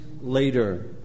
later